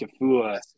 Tafua